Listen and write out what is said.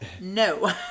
no